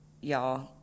y'all